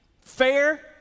fair